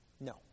No